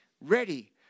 ready